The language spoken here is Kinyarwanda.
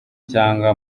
cyangwa